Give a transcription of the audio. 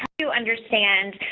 you understand